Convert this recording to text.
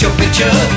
picture